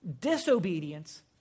disobedience